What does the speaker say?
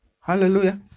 Hallelujah